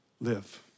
live